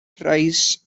tries